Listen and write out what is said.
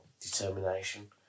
Determination